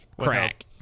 Crack